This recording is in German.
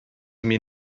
mir